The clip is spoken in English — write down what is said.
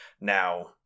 Now